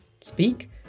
speak